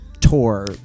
tour